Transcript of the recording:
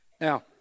now